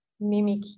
mimic